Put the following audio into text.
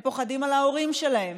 הם פוחדים על ההורים שלהם,